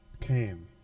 came